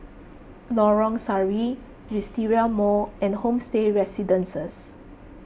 Lorong Sari Wisteria Mall and Homestay Residences